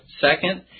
Second